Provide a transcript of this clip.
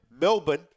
Melbourne